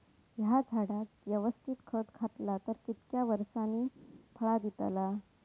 हया झाडाक यवस्तित खत घातला तर कितक्या वरसांनी फळा दीताला?